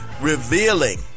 revealing